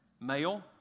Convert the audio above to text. male